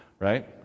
right